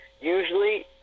usually